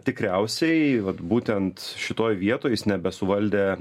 tikriausiai vat būtent šitoj vietoj jis nebesuvaldė